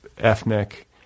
ethnic